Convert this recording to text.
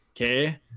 Okay